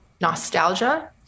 nostalgia